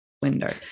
Window